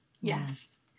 yes